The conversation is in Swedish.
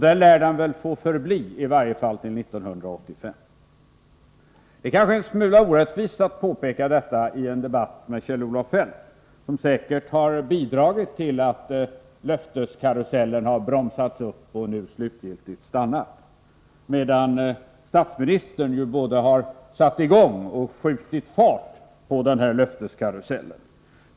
Där lär den väl få förbli i varje fall till 1985. Det är kanske en smula orättvist att påpeka detta i en debatt med Kjell-Olof Feldt, som säkert har bidragit till att löfteskarusellen har bromsats upp och nu slutgiltigt stannat. Statsministern däremot har både satt i gång och skjutit fart på denna löfteskarusell.